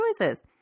choices